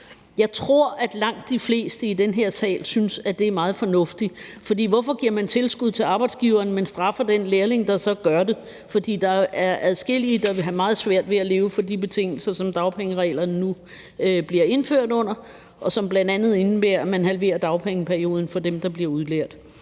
Jeg tror, at langt de fleste i den her sal synes, at det er meget fornuftigt, for hvorfor giver man tilskud til arbejdsgiverne, men straffer den lærling, der så gør det? For der vil være adskillige, der vil have meget svært ved at leve for de dagpenge og på de betingelser, som dagpengereglerne nu bliver indført under, som bl.a. indebærer, at man halverer dagpengeperioden for dem, der bliver udlært.